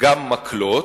גם מקלות,